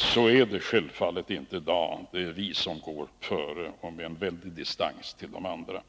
Så är det självfallet inte i dag. Det är vi som går före, med en väldig distans till de andra.